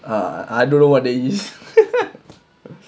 I don't know what that is